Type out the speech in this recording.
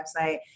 website